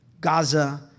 Gaza